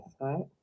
right